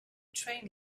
train